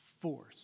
force